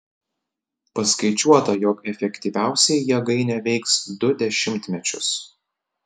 paskaičiuota jog efektyviausiai jėgainė veiks du dešimtmečius